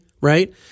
right